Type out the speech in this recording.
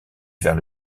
vers